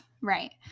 Right